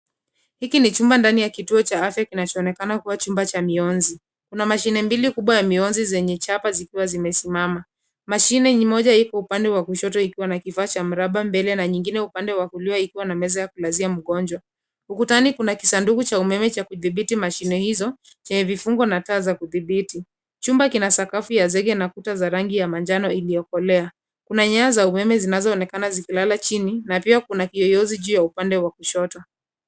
Hiki ni chumba ndani ya kituo cha afya kinachoonekana kua chumba cha mionzi. Kuna mashine mbili kubwa ya mionzi zenye chapa zikiwa zimesimama. Mashine moja ipo kwenye upande wa kushoto ikiwa na kifaa cha mraba mbele, na nyingine upande wa kulia ikiwa na meza ya kulazia mgonjwa. Ukutani kuna kisanduku cha umeme cha kidhibiti mashine hizo, chenye vifungo na taa za kudhibiti. Chumba kina sakafu ya zege na kuta za rangi ya manjano iliyokolea. Kuna nyaya za umeme zinazoonekana zikilala chini, na pia kuna kiyeyuzi juu ya upande wa kushoto.